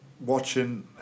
watching